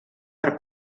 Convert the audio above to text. per